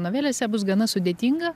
novelėse bus gana sudėtinga